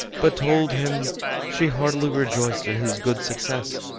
but told him she heartily rejoiced at his good success,